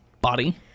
body